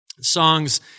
Songs